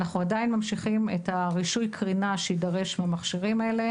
אנחנו עדיין ממשיכים את רישוי הקרינה שיידרש מהמכשירים האלה.